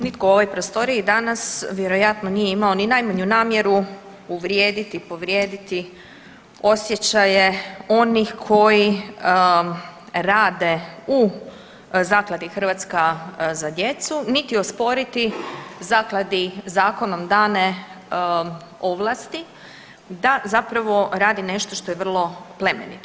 Nitko u ovoj prostoriji danas vjerojatno nije imao ni najmanju namjeru uvrijediti, povrijediti osjećaje onih koji rade u Zakladi „Hrvatska za djecu“ niti osporiti zakladi zakonom dane ovlasti da zapravo radi nešto što je vrlo plemenito.